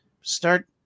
start